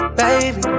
Baby